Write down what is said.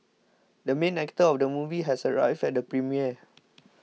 the main actor of the movie has arrived at the premiere